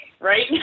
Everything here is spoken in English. right